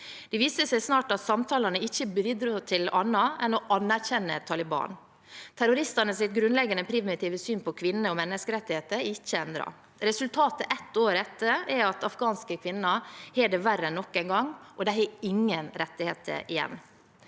Det viste seg snart at samtalene ikke bidro til annet enn å anerkjenne Taliban. Terroristenes grunnleggende primitive syn på kvinner og menneskerettigheter er ikke endret. Resultatet et år etter er at afghanske kvinner har det verre enn noen gang, og de har ingen rettigheter igjen.